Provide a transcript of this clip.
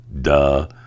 duh